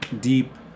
deep